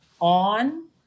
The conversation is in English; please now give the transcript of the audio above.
on